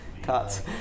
cuts